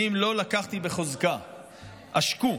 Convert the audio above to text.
ואם לא לקחתי בחזקה"; עשקו,